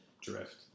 drift